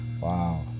wow